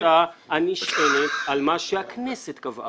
ראש הממשלה יצטרך לקבל החלטה הנשענת על מה שהכנסת קבעה.